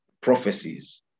prophecies